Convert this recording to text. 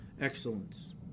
excellence